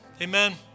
Amen